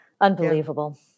unbelievable